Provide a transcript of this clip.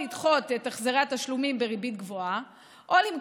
או לדחות את החזרי התשלומים בריבית גבוהה,